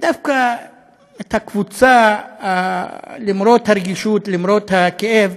ודווקא את הקבוצה, למרות הרגישות, למרות הכאב.